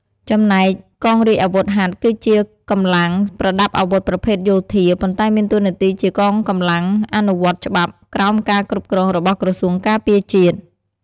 ចំណែកកងរាជអាវុធហត្ថ គឺជាកម្លាំងប្រដាប់អាវុធប្រភេទយោធា ប៉ុន្តែមានតួនាទីជាកងកម្លាំងអនុវត្តច្បាប់ក្រោមការគ្រប់គ្រងរបស់ក្រសួងការពារជាតិ។